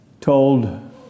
told